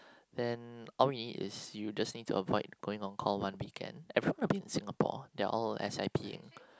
then all we need is you just need to avoid going on call one weekend everyone will be in Singapore they're all S_I_Ping